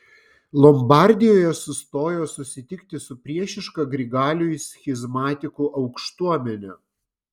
lombardijoje sustojo susitikti su priešiška grigaliui schizmatikų aukštuomene